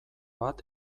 bat